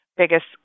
biggest